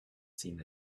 seen